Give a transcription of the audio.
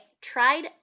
tried